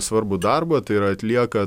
svarbų darbą tai yra atlieka